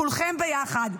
כולכם ביחד,